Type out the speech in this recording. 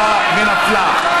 הצעת החוק לא עברה ונפלה.